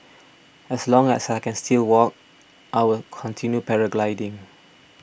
as long as I can still walk I when continue paragliding